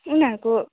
उनीहरूको